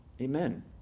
Amen